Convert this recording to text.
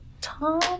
Tom